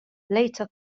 later